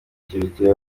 kirekire